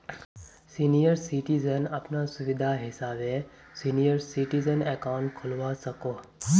senior citizen अपना सुविधा हिसाबे सीनियर सिटीजन अकाउंट खोलवा सकोह